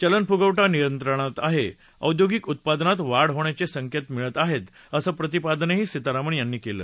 चलन फुगवटा नियंत्रणात आहे औद्योगिक उत्पादनात वाढ होण्याचे संकेत मिळत आहेत असं प्रतिपादन सीतारामन यांनी केलं